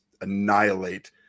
annihilate